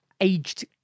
aged